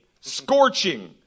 scorching